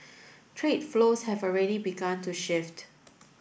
trade flows have already begun to shift